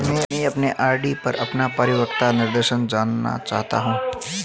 मैं अपने आर.डी पर अपना परिपक्वता निर्देश जानना चाहता हूं